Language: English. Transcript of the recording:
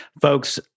Folks